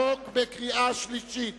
ההתייעלות הכלכלית (תיקוני חקיקה ליישום